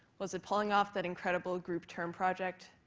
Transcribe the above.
was it pulling off that incredible group term project,